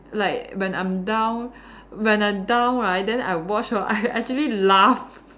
like when I'm down when I'm down right then I watch right I actually laugh